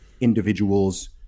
individuals